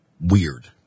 weird